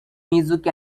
music